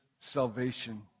salvation